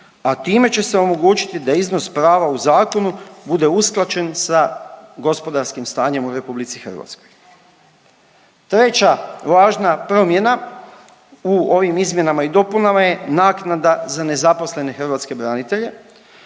a time će se omogućiti da iznos prava u zakonu bude usklađen sa gospodarskim stanjem u RH. Treća važna promjena u ovim izmjenama i dopunama je naknada za nezaposlene hrvatske branitelje.